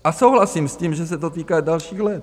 A souhlasím s tím, že se to týká dalších let.